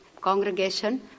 congregation